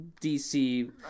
dc